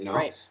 right.